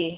okay